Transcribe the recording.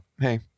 Hey